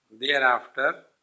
Thereafter